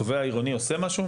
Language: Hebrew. התובע העירוני עושה משהו?